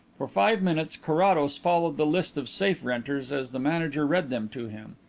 for five minutes carrados followed the list of safe-renters as the manager read them to him.